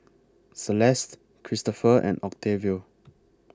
Celeste Kristofer and Octavio